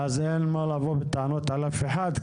ואז אין מה לבוא בטענות לאף אחד,